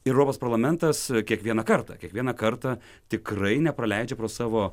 ir europos parlamentas kiekvieną kartą kiekvieną kartą tikrai nepraleidžia pro savo